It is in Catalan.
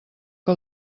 que